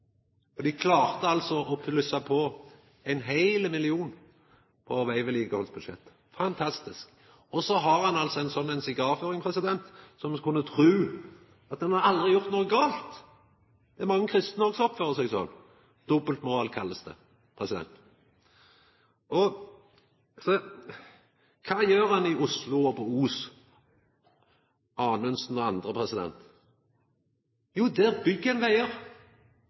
då dei hadde makt. Dei klarte altså å plussa på ein heil million kroner på vegvedlikehaldsbudsjettet. Fantastisk! Og så har dei altså ei sigarføring så ein skulle tru at dei aldri hadde gjort noko gale. Det er mange kristne som også oppfører seg sånn. Dobbeltmoral blir det kalla. Kva gjer ein i Oslo – og i Os, Anundsen og andre? Jo, der